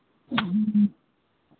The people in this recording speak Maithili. ह्म्म